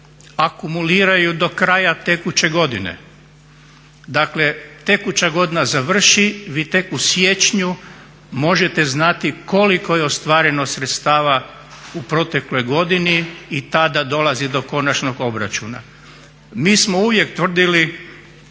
akumuliraju do kraja tekuće godine. Dakle tekuća godina završi, vi tek u siječnju možete znati koliko je ostvareno sredstava u protekloj godini i tada dolazi do konačnog obračuna. Mi smo uvijek tvrdili